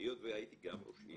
- היות והייתי גם ראש עיר,